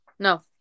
No